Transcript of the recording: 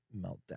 meltdown